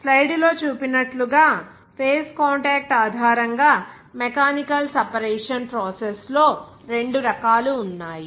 స్లైడ్లో చూపినట్లుగా phase contact ఆధారంగా మెకానికల్ సెపరేషన్ ప్రాసెస్ లో రెండు రకాలు ఉన్నాయి